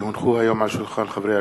כי הונחו היום על שולחן הכנסת,